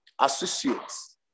associates